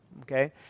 okay